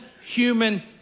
human